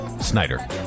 Snyder